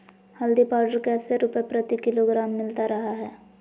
हल्दी पाउडर कैसे रुपए प्रति किलोग्राम मिलता रहा है?